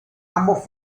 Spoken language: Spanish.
ambos